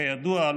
כידוע,